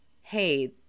Hey